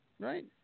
Right